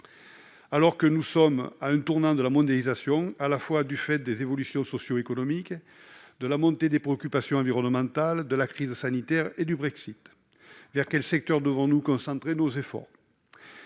Alors que nous sommes à un tournant de la mondialisation du fait des évolutions socio-économiques, de la montée des préoccupations environnementales, de la crise sanitaire et du Brexit, vers quel secteur devons-nous concentrer nos efforts ?